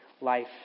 life